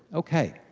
okay,